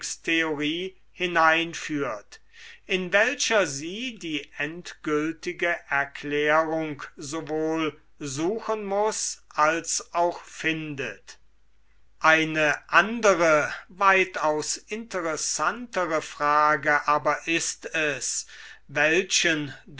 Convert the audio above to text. hineinführt in welcher sie die endgültige erklärung sowohl suchen muß als auch findet e eine andere weitaus interessantere frage aber ist es welchen